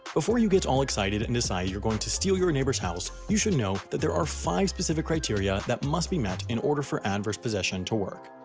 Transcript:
before you get all excited and decide you're going to steal your neighbor's house, you should know that there are five specific criteria that must be met in order for adverse possession to work.